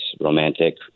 romantic